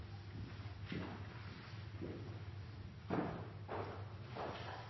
ta